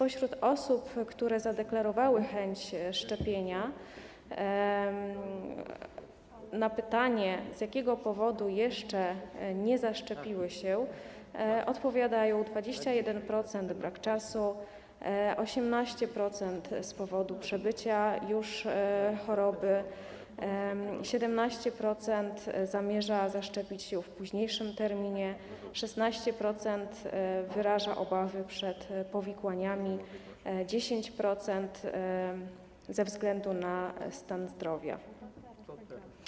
Osoby, które zadeklarowały chęć szczepienia, na pytanie, z jakiego powodu jeszcze się nie zaszczepiły, odpowiadają: 21% - brak czasu, 18% - z powodu przebycia już choroby, 17% zamierza zaszczepić się w późniejszym terminie, 16% wyraża obawy przed powikłaniami, 10% ze względu na stan zdrowia.